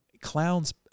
Clowns